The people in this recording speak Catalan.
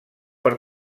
per